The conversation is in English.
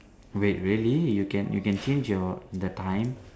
wait really you can you can change your the time